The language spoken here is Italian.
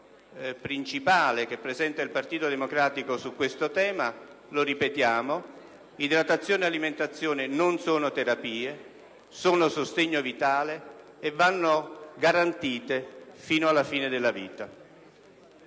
principale presentato dal Partito Democratico su questo tema. Lo ripetiamo: idratazione e alimentazione non sono terapie, sono sostegno vitale e vanno garantite fino alla fine della vita.